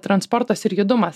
transportas ir judumas